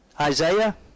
Isaiah